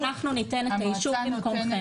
--- או שאנחנו ניתן את האישור במקומכם.